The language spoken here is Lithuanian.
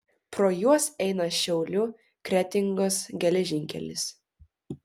pro juos eina šiaulių kretingos geležinkelis